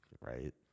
Right